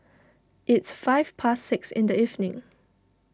its five past six in the evening